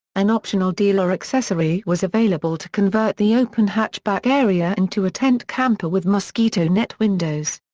an optional dealer accessory was available to convert the open hatchback area into a tent camper with mosquito net windows.